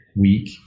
week